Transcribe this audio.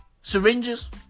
syringes